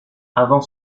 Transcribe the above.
avant